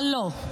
אבל לא.